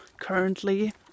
currently